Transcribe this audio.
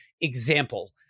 example